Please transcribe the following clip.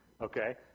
okay